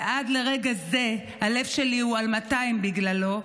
ועד לרגע זה הלב שלי הוא על מאתיים בגללו,